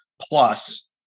plus